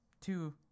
two